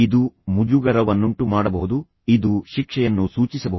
ಇದು ಮುಜುಗರವನ್ನುಂಟು ಮಾಡಬಹುದು ಇದು ಶಿಕ್ಷೆಯನ್ನು ಸೂಚಿಸಬಹುದು